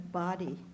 body